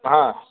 हाँ